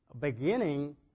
beginning